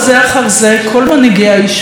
יריבים פוליטיים מרים,